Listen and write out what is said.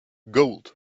gold